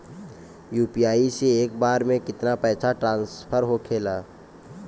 UPI से एक बार मे केतना पैसा ट्रस्फर होखे ला?